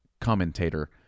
commentator